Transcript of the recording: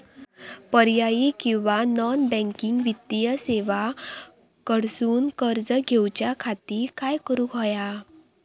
पर्यायी किंवा non banking वित्तीय सेवा कडसून कर्ज घेऊच्या खाती काय करुक होया?